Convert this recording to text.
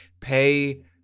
pay